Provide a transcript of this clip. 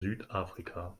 südafrika